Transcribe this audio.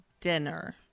dinner